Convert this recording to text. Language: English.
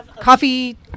coffee